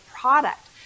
product